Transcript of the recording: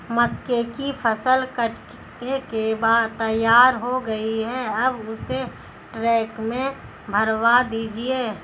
मक्के की फसल कट के तैयार हो गई है अब इसे ट्रक में भरवा दीजिए